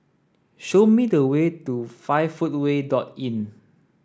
show me the way to five footway dot Inn